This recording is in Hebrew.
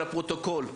בשביל הפרוטוקול,